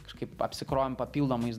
kažkaip apsikrovėm papildomais